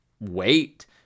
wait